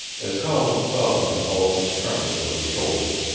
as howland saw the convulsive trembling of her shoulders,